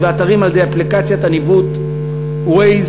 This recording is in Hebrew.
ואתרים על-ידי אפליקציית הניווט Waze,